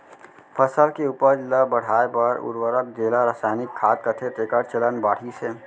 फसल के उपज ल बढ़ाए बर उरवरक जेला रसायनिक खाद कथें तेकर चलन बाढ़िस हे